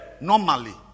normally